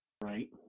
Right